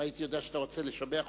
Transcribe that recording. אם הייתי יודע שאתה רוצה לשבח אותי...